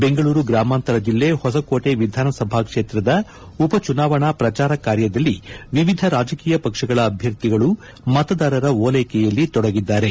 ಬೆಂಗಳೂರು ಗ್ರಾಮಾಂತರ ಜಿಲ್ಲೆ ಹೊಸಕೋಟೆ ವಿಧಾನಸಭಾ ಕ್ಷೇತ್ರದ ಉಪಚುನಾವಣಾ ಪ್ರಚಾರ ಕಾರ್ಯದಲ್ಲಿ ವಿವಿಧ ರಾಜಕೀಯ ಪಕ್ಷಗಳ ಅಭ್ಯರ್ಥಿಗಳು ಮತದಾರರ ಓಲೈಕೆಯಲ್ಲಿ ತೊಡಗಿದ್ದಾರೆ